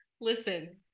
Listen